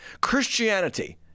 Christianity